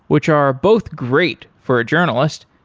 which are both great for a journalist,